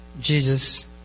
Jesus